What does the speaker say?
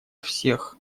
всех